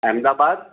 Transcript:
Ahmedabad